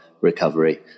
recovery